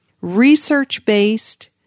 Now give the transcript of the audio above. research-based